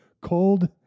Cold